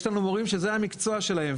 יש לנו מורים שזה המקצוע שלהם,